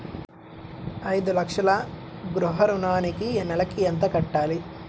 ఐదు లక్షల గృహ ఋణానికి నెలకి ఎంత కట్టాలి?